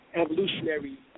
evolutionary